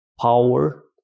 power